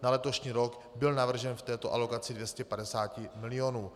Na letošní rok byl navržen v této alokaci 250 milionů.